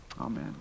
Amen